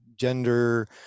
gender